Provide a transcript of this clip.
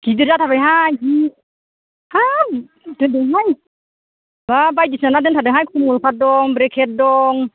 गिदिर जाथारबायहाय जि हाब गिदिर दोनदोंमोन हाब बायदिसिना ना दोन्थारदोंहाय खमनखार दं ब्रिखेद दं